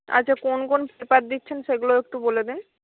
আচ্ছা কোন কোন পেপার দিচ্ছেন সেগুলোও একটু বলে দিন